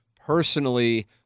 Personally